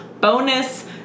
bonus